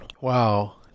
Wow